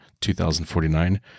2049